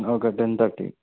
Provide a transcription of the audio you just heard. okay ten thirty